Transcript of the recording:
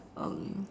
um